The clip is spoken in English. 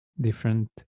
different